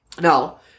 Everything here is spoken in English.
Now